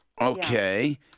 Okay